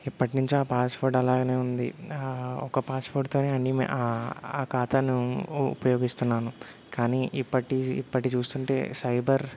ఎప్పటినించో ఆ ఫాస్వర్డ్ అలాగనే ఉంది ఒక్క పాస్వర్డ్తోనే అన్నీ ఆ ఖాతాను ఉపయోగిస్తున్నాను కానీ ఇప్పటి ఇప్పటి చూస్తుంటే సైబర్